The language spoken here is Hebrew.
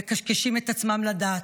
מקשקשים את עצמם לדעת.